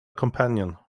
companion